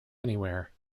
anywhere